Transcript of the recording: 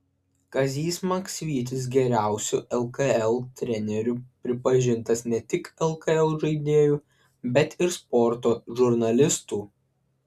kazys maksvytis geriausiu lkl treneriu pripažintas ne tik lkl žaidėjų bet ir sporto žurnalistų